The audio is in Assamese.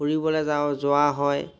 ফুৰিবলৈ যাওঁ যোৱা হয়